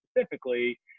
specifically